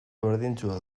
berdintsua